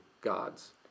gods